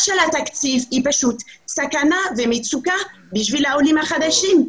של התקציב היא פשוט סכנה ומצוקה לעולים החדשים.